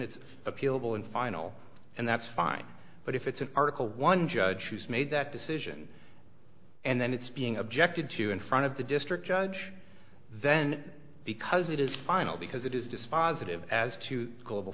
it's appealable and final and that's fine but if it's an article one judge who's made that decision and then it's being objected to in front of the district judge then because it is final because it is